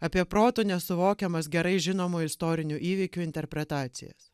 apie protu nesuvokiamas gerai žinomų istorinių įvykių interpretacijas